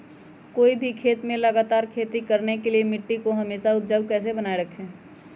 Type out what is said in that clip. कोई भी खेत में लगातार खेती करने के लिए मिट्टी को हमेसा उपजाऊ कैसे बनाय रखेंगे?